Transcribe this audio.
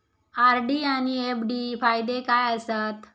RD आनि FD फायदे काय आसात?